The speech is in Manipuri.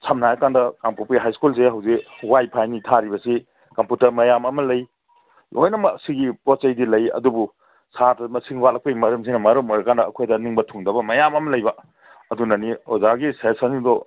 ꯁꯝꯅ ꯍꯥꯏꯔꯀꯥꯟꯗ ꯀꯥꯡꯄꯣꯛꯄꯤ ꯍꯥꯏ ꯁ꯭ꯀꯨꯜꯁꯦ ꯍꯧꯖꯤꯛ ꯋꯥꯏꯐꯥꯏꯅꯤ ꯊꯥꯔꯤꯕꯁꯤ ꯀꯝꯄꯨꯇꯔ ꯃꯌꯥꯝ ꯑꯃ ꯂꯩ ꯂꯣꯏꯅꯃꯛ ꯁꯤꯒꯤ ꯄꯣꯠ ꯆꯩꯗꯤ ꯂꯩ ꯑꯗꯨꯕꯨ ꯁꯥꯇ꯭ꯔ ꯃꯁꯤꯡ ꯋꯥꯠꯂꯛꯄꯩ ꯃꯔꯝꯁꯤꯅ ꯃꯔꯝ ꯑꯣꯏꯔꯀꯥꯟꯗ ꯑꯩꯈꯣꯏꯗ ꯅꯤꯡꯕ ꯊꯨꯡꯗꯕ ꯃꯌꯥꯝ ꯑꯃ ꯂꯩꯕ ꯑꯗꯨꯅꯅꯤ ꯑꯣꯖꯥꯒꯤ ꯁꯖꯦꯁꯟꯁꯤꯡꯗꯣ